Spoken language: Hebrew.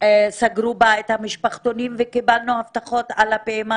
סגרו את המשפחתונים וקיבלנו הבטחות על הפעימה